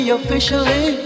officially